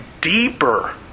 deeper